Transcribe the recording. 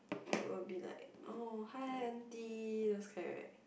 like will be like oh hi auntie those kind right